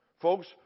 Folks